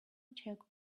check